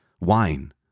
wine